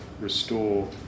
restore